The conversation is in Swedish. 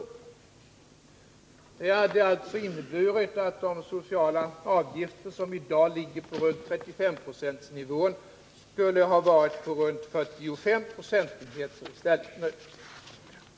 Det skulle alltså ha inneburit att de sociala avgifterna, som i dag ligger på 35-procentsnivån, skulle ha legat på ca 45 procentenheter i stället.